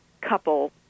couple